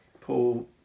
Paul